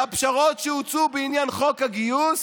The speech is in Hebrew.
והפשרות שהוצעו בעניין חוק הגיוס